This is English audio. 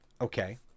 okay